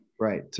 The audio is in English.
Right